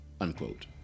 Unquote